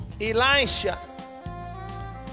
Elisha